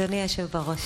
אדוני היושב בראש,